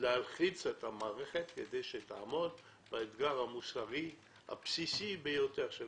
להלחיץ את המערכת כדי שתעמוד באתגר המוסרי הבסיסי ביותר שלנו,